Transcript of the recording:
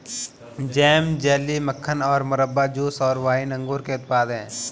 jam, jelly, मक्खन और मुरब्बा, जूस और वाइन अंगूर के उत्पाद हैं